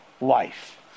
life